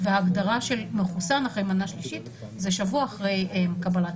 וההגדרה של מחוסן אחרי מנה שלישית זה שבוע אחרי קבלת